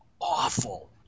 awful